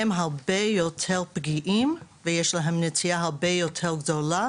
הם הרבה יותר פגיעים ויש להם נטייה הרבה יותר גדולה,